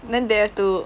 then they have to